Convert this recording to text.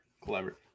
Clever